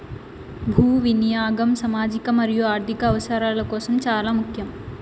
భూ వినియాగం సామాజిక మరియు ఆర్ధిక అవసరాల కోసం చానా ముఖ్యం